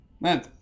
Man